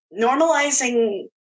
Normalizing